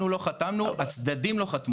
זה לא אנחנו לא חתמנו, הצדדים לא חתמו.